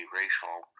racial